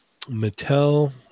Mattel